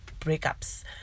breakups